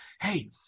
hey